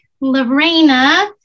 Lorena